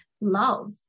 love